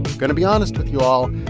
going to be honest with you all.